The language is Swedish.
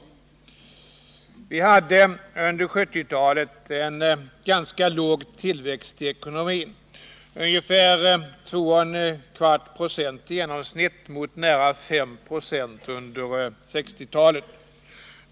att stimulera industrins investeringar Vi hade under 1970-talet en ganska liten tillväxt i ekonomin — ungefär 21/4 Jo i genomsnitt mot nära 5 6 under 1960-talet.